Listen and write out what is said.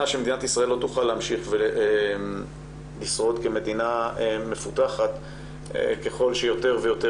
שמדינת ישראל לא תוכל להמשיך ולשרוד כמדינה מפותחת ככל שיותר ויותר